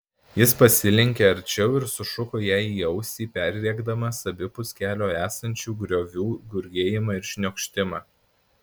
jis pasilenkė arčiau ir sušuko jai į ausį perrėkdamas abipus kelio esančių griovių gurgėjimą ir šniokštimą